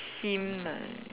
team lah